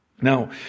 Now